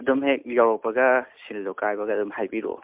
ꯑꯗꯨꯝ ꯍꯦꯛ ꯌꯧꯔꯛꯄꯒ ꯁꯤꯜꯗꯣ ꯀꯥꯏꯕꯒ ꯑꯗꯨꯝ ꯍꯥꯏꯕꯤꯔꯛꯑꯣ